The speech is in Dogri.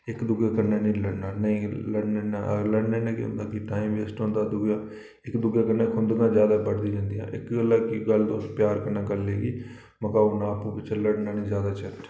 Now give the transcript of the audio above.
इक दूए कन्नै निं लड़ना नेईं लड़ने नै केह् होंदा कि टाईम वेस्ट होंदा दूआ इक दूए कन्नै खुंदकां जादा बढ़दी जंदियां इक गल्ला इक गल्ल तुस प्यार कन्नै गल्लै गी मकाई ओड़ना आपूं बिच्चें लड़ना नि जादा चाहिदा